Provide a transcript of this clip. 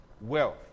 wealth